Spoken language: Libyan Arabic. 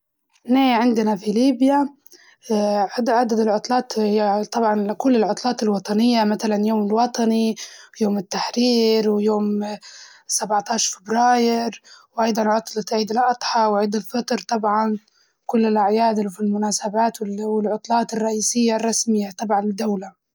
احنا عندنا في ليبيا ع- عدد العطلات طبعاً كل العطلات لكل العطلات الوطنية متلاً اليوم الوطني، يوم التحرير ويوم سبعة عشر فبراير، وأيضاً عطلة عيد الأضحى وعيد الفطر طبعاً كل العطلات الرئيسيةالرسمية طبعاً للدولة.